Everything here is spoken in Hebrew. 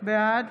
בעד